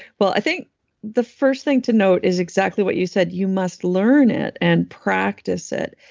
well, i think the first thing to note is exactly what you said. you must learn it and practice it.